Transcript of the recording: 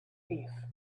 beef